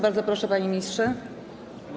Bardzo proszę, panie ministrze.